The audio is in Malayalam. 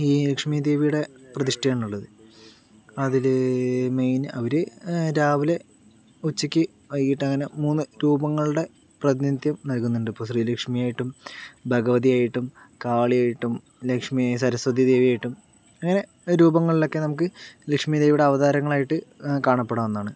ഈ ലക്ഷ്മി ദേവിയുടെ പ്രതിഷ്ടയാണ് ഉള്ളത് അതിൽ മെയിൻ അവർ രാവിലെ ഉച്ചക്ക് വൈകിയിട്ട് അങ്ങനെ മൂന്ന് രൂപങ്ങളുടെ പ്രതിനിത്യം നൽകുന്നുണ്ട് ഇപ്പോൾ ശ്രീലക്ഷ്മി ആയിട്ടും ഭഗവതിയായിട്ടും കാളിയായിട്ടും ലക്ഷ്മി സരസ്വതി ദേവിയായിട്ടും അങ്ങനെ രൂപങ്ങളിൽ ഒക്കെ നമുക്ക് ലക്ഷ്മി ദേവിയുടെ അവതാരങ്ങൾ ആയിട്ട് കാണപ്പെടാവുന്നതാണ്